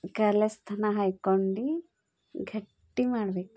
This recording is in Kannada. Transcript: ಕಲೆಸ್ತನ ಹಾಕ್ಕೊಂಡು ಗಟ್ಟಿ ಮಾಡಬೇಕು